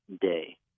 day